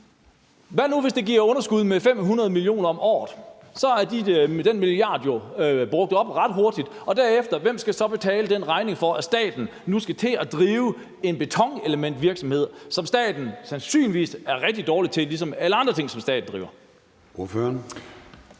Hvad nu, hvis det giver underskud med 500 mio. kr. om året? Så er den milliard jo brugt op ret hurtigt. Hvem skal så derefter betale den regning for, at staten nu skal til at drive en betonelementvirksomhed, som staten sandsynligvis er rigtig dårlig til – ligesom alle andre ting, som staten driver?